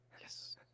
Yes